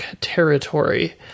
territory